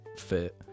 fit